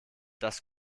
das